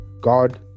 God